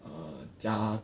err 家